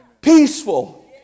Peaceful